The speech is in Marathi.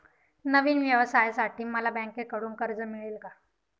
नवीन व्यवसायासाठी मला बँकेकडून कर्ज मिळेल का?